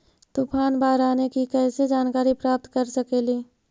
तूफान, बाढ़ आने की कैसे जानकारी प्राप्त कर सकेली?